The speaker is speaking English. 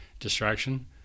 distraction